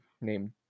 named